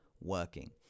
working